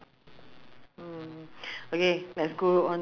uh they serve western food